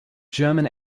german